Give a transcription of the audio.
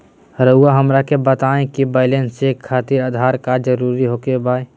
रउआ हमरा के बताए कि बैलेंस चेक खातिर आधार कार्ड जरूर ओके बाय?